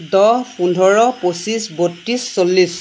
দহ পোন্ধৰ পঁচিছ বত্ৰিছ চল্লিছ